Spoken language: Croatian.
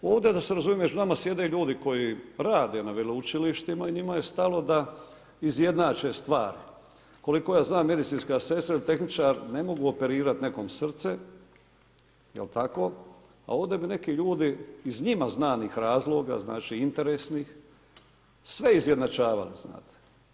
Ovdje da se razumijemo, među nama sjede ljudi koji rade na veleučilištima i njima je stalo da izjednače stvar. koliko ja znam, medicinska sestra i tehničar ne mogu operirati nekom srce jel' tako, a ovdje bi neki ljudi iz njima znanim razloga, znači interesnih, sve izjednačavali, znate.